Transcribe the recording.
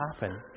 happen